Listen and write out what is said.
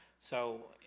so,